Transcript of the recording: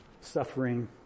suffering